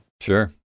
Sure